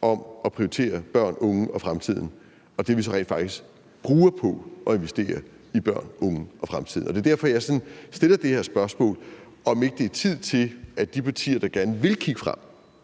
om at prioritere børnene, de unge og fremtiden, og det, vi så rent faktisk bruger på at investere i børnene, de unge og fremtiden. Og det er derfor, jeg stiller det her spørgsmål, altså om det ikke er tiden til, at de partier, der gerne vil kigge frem,